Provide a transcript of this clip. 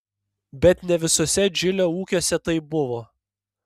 bet ne visuose džilio ūkiuose taip buvo